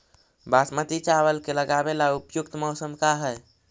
बासमती चावल के लगावे ला उपयुक्त मौसम का है?